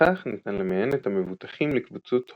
לפיכך ניתן למיין את המבוטחים לקבוצות הומוגניות,